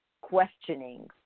questioning